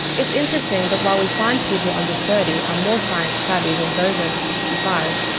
it's interesting that while we find people under thirty are more science-savvy than those over sixty-five,